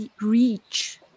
reach